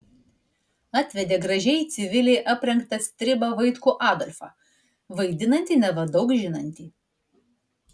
atvedė gražiai civiliai aprengtą stribą vaitkų adolfą vaidinantį neva daug žinantį